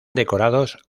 decorados